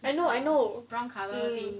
I know I know brown colour thing